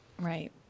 Right